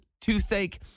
toothache